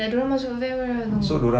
like diorang masuk van